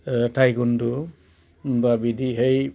ओ थाइकन्द बा बिदिहै